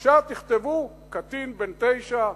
ועכשיו תכתבו: קטין בן תשע,